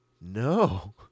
no